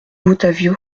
ottavio